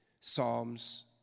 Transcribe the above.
Psalms